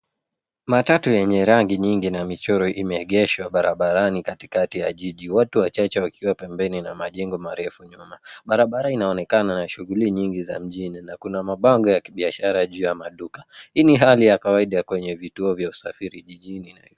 Matatu yenye rangi nyingi na michoro imeegeshwa barabarani katikati ya jiji, watu wachache wakiwa pembeni na majengo marefu nyuma. Barabara inaonekana na shuguli nyingi za mjini na kuna mabango ya kibiashara juu ya duka. Hii ni hali ya kawaida kwenye vituo vya usafiri jijini Nairobi.